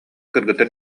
кыргыттар